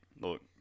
look